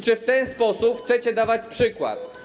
Czy w ten sposób chcecie dawać przykład?